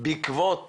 בעקבות